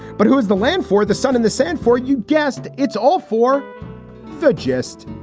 but who is the land for the sun in the sand for? you guessed, it's all for for just.